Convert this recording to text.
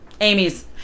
Amy's